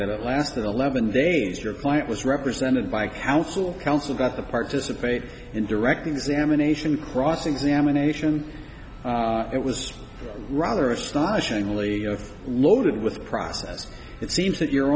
that lasted eleven days your client was represented by counsel counsel that the participate in direct examination cross examination it was rather astonishingly loaded with process it seems that your